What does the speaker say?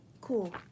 cool